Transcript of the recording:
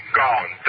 gone